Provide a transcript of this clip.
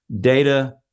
data